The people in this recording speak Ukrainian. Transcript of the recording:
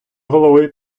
голови